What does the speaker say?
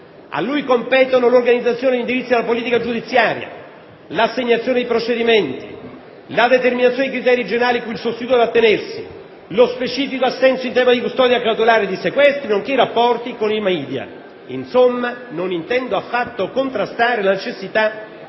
a lui competono l'organizzazione e gli indirizzi della politica giudiziaria, l'assegnazione dei procedimenti, la determinazione dei criteri generali cui il sostituto deve attenersi, lo specifico assenso in tema di custodia cautelare e di sequestri, nonché i rapporti con i *media*. Insomma, non intendo affatto contrastare la necessità